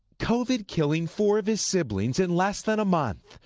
covid killing four of his siblings in less than a month.